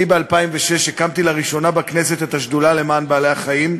ב-2006 הקמתי לראשונה בכנסת את השדולה למען בעלי-החיים,